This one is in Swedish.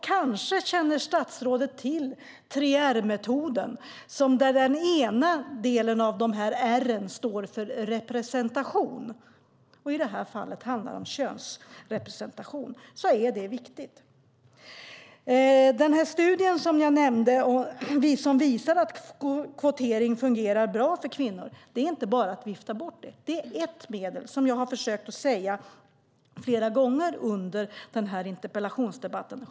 Kanske känner statsrådet till 3R-metoden, där den ena delen av dessa R står för representation. I det här fallet handlar det om könsrepresentation. Det är viktigt. Jag nämnde en studie som visar att kvotering fungerar bra för kvinnor. Det är inte bara att vifta bort den. Kvotering är ett medel, som jag har försökt att säga flera gånger under interpellationsdebatten.